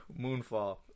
Moonfall